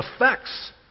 effects